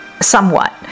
Somewhat